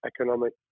economic